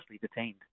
detained